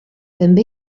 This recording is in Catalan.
també